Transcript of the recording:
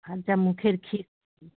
আর যা মুখের খি